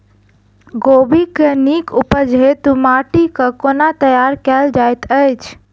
कोबी केँ नीक उपज हेतु माटि केँ कोना तैयार कएल जाइत अछि?